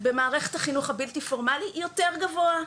במערכת החינוך הבלתי פורמלי יותר גבוה,